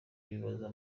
bibaza